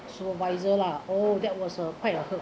supervisor lah oh that was a quite hurt~